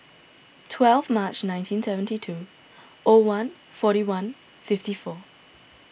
twelve March nineteen seventy two O one forty one fifty four